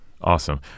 Awesome